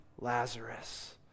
Lazarus